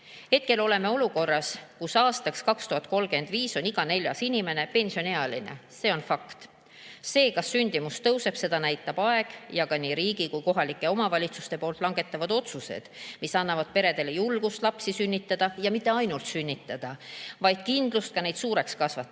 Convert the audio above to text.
avav. Hetkel oleme olukorras, kus aastaks 2035 on iga neljas inimene pensioniealine. See on fakt. Seda, kas sündimus tõuseb, näitab aeg ja nii riigi kui ka kohalike omavalitsuste langetatavad otsused, mis annavad peredele julgust lapsi sünnitada, ja mitte ainult sünnitada, vaid kindlust ka neid suureks kasvatada,